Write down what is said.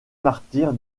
martyr